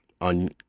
on